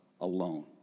alone